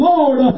Lord